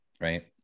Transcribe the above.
right